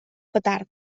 petard